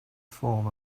form